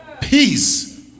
Peace